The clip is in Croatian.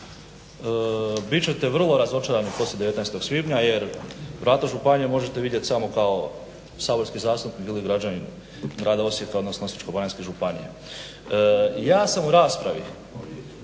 ćete vrlo razočarani poslije 19. svibnja jer vrata županije možete vidjet samo kao saborski zastupnik ili građanin grada Osijeka, odnosno Osječko-baranjske županije. Ja sam u raspravi